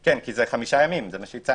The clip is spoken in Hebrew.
כי זה חמישה ימים.